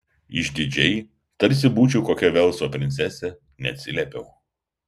išdidžiai tarsi būčiau kokia velso princesė neatsiliepiau